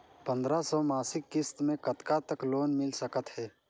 पंद्रह सौ मासिक किस्त मे कतका तक लोन मिल सकत हे?